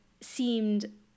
seemed